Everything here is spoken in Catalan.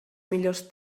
millors